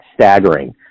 staggering